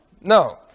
No